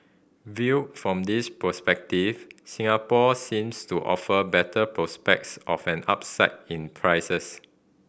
viewed from this perspective Singapore seems to offer better prospects of an upside in prices